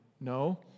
No